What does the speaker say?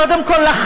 קודם כול,